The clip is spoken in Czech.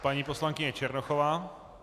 Paní poslankyně Černochová.